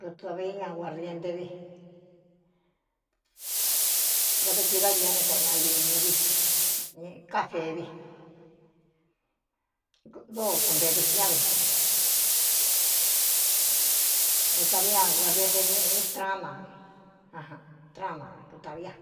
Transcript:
Kutaꞌvií ña guārdien nte vi kadɨ kui dáñu ñá né koꞌo ña limu vi ñī ká feevi dóo kunteē dɨkɨn ñá dɨvikutāvi ña guardien nte ñiꞌi traánatraána tutāvi a